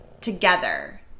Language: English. together